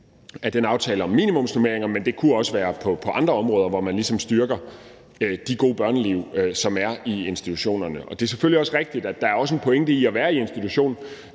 af aftalen om minimumsnormeringer, men det kunne også være på andre områder, hvor man ligesom styrker de gode børneliv, som er i institutionerne. Og det er selvfølgelig også rigtigt, at der også er en pointe i at være i institution